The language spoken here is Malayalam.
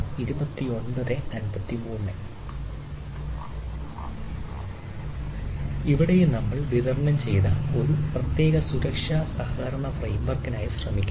ഇവിടെയും നമ്മൾ വിതരണം ചെയ്ത ഒരു പ്രത്യേക സുരക്ഷാ സഹകരണ ഫ്രെയിം വർക്കിനായി ശ്രമിക്കുന്നു